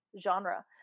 genre